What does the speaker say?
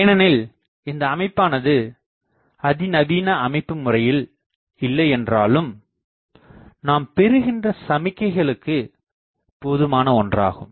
ஏனெனில் இந்த அமைப்பானது அதிநவீன அமைப்பு முறையில் இல்லையென்றாலும் நாம் பெறுகின்ற சமிக்கைகளுக்கு போதுமான ஒன்றாகும்